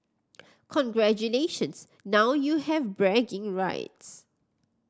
congratulations now you have bragging rights